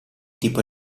tipo